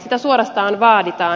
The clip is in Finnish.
sitä suorastaan vaaditaan